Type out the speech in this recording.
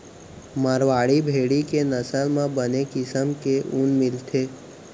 मारवाड़ी भेड़ी के नसल म बने किसम के ऊन मिलथे